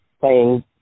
playing